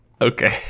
Okay